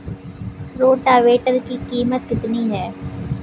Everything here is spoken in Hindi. रोटावेटर की कीमत कितनी है?